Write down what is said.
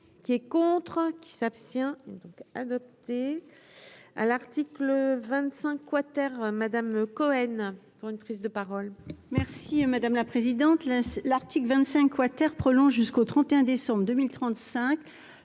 qui est contre qui s'abstient donc adopté à l'article 25 quater Madame Cohen pour une prise de parole. Merci madame la présidente, là, l'article 25 Water prolonge jusqu'au 31 décembre 2000